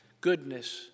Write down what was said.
goodness